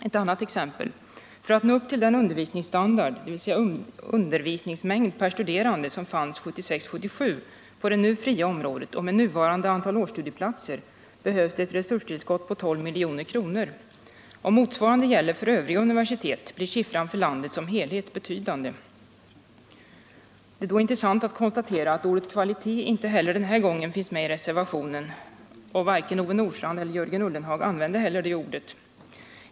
Ett annat exempel: För att nå upp till den undervisningsstandard, dvs. den undervisningsmängd per studerande, som fanns 1976/77 på det nu fria området och med nuvarande antal årsstudieplatser behövs ett resurstillskott på 12 milj.kr. Om motsvarande gäller för övriga universitet blir siffran för landet som helhet betydande. Det är då intressant att konstatera att ordet kvalitet inte heller den här gången finns med i reservationen. Varken Ove Nordstrandh eller Jörgen Ullenhag använde det ordet.